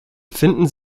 finden